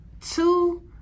two